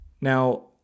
Now